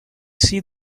see